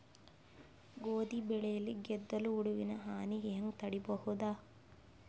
ಗೋಧಿ ಬೆಳೆಯಲ್ಲಿ ಗೆದ್ದಲು ಹುಳುವಿನ ಹಾನಿ ಹೆಂಗ ತಡೆಬಹುದು?